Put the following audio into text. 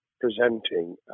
presenting